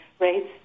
rates